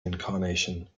incarnation